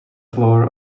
floor